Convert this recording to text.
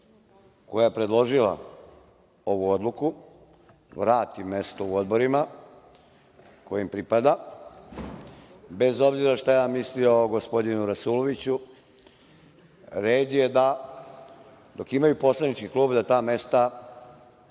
koja je predložila ovu odluku vrati mesto u odborima koje im pripada, bez obzira šta ja mislio o gospodinu Rasuloviću. Red je dok imaju poslanički klub, da ta mesta pripadnu